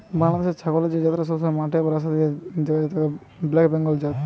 বাংলাদেশের ছাগলের যে জাতটা সবসময় মাঠে বা রাস্তা দিয়ে যায় সেটা হচ্ছে ব্ল্যাক বেঙ্গল জাত